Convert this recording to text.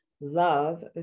love